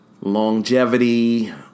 longevity